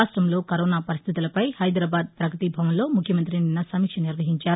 రాష్టంలో కరోనా పరిస్టితులపై హైదరాబాద్ పగతిభవన్ లో ముఖ్యమంతి నిన్న సమీక్ష నిర్వహించారు